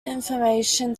information